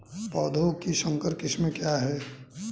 पौधों की संकर किस्में क्या हैं?